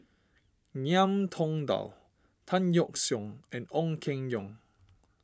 Ngiam Tong Dow Tan Yeok Seong and Ong Keng Yong